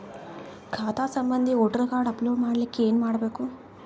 ಖಾತಾ ಸಂಬಂಧಿ voter card upload ಮಾಡಲಿಕ್ಕೆ ಏನ ಮಾಡಬೇಕು?